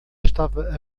estava